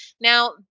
Now